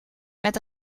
met